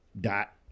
dot